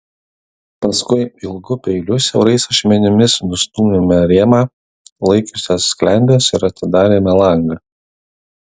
paskui ilgu peiliu siaurais ašmenimis nustūmėme rėmą laikiusias sklendes ir atidarėme langą